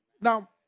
Now